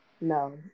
No